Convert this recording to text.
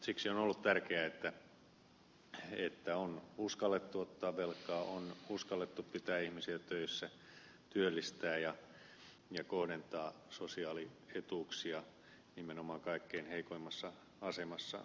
siksi on ollut tärkeää että on uskallettu ottaa velkaa on uskallettu pitää ihmisiä töissä työllistää ja kohdentaa sosiaalietuuksia nimenomaan kaikkein heikoimmassa asemassa oleville